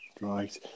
right